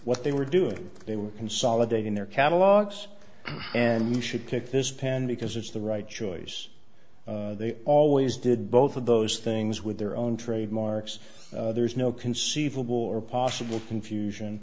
what they were doing they were consolidating their catalogs and you should pick this pen because it's the right choice they always did both of those things with their own trademarks there's no conceivable or possible confusion